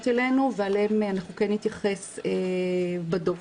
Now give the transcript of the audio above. אלינו ואליהם אנחנו כן נתייחס בדו"ח,